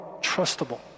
trustable